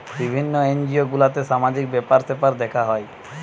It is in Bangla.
বিভিন্ন এনজিও গুলাতে সামাজিক ব্যাপার স্যাপার দেখা হয়